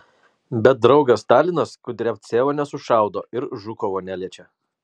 bet draugas stalinas kudriavcevo nesušaudo ir žukovo neliečia